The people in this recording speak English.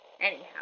Anyhow